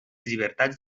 llibertats